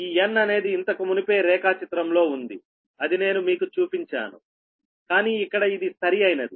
ఈ N అనేది ఇంతకుమునుపే రేఖాచిత్రం లో ఉంది అది నేను మీకు చూపించాను కానీ ఇక్కడ ఇది సరి అయినది